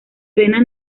venas